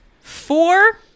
Four